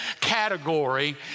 category